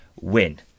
win